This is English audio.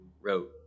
wrote